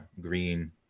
green